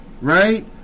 right